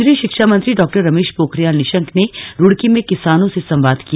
केंद्रीय शिक्षा मंत्री डॉ रमेश पोखरियाल निशंक ने रुड़की में किसानों से संवाद किया